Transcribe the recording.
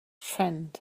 friend